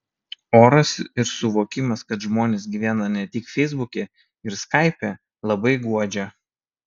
oras ir suvokimas kad žmonės gyvena ne tik feisbuke ir skaipe labai guodžia